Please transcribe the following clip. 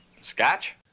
Scotch